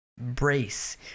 brace